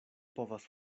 povas